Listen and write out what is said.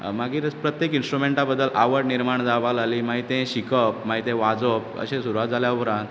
मागीर प्रत्येक इन्स्ट्रुमॅण्टा बद्दल आवड निर्माण जावपाक लागली मागीर तें शिकप मागीर तें वाजोवप अशें सुरवात जाल्या उपरांत